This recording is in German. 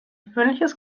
gewöhnliches